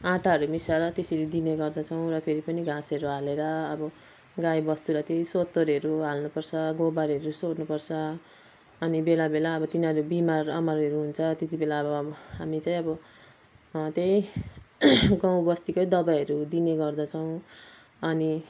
आटाहरू मिसाएर त्यसरी दिने गर्दछौँ र फेरि पनि घाँसहरू हालेर अब गाईबस्तुलाई त्यही सोत्तरहरू हाल्नुपर्छ गोबरहरू सोहोर्नुपर्छ अनि बेला बेला अब तिनीहरू बिमारआमारहरू हुन्छ त्यतिबेला अब हामी चाहिँ अब त्यही गाउँबस्तीकै दबाईहरू दिने गर्दछौँ अनि